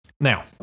Now